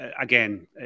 again